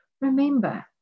Remember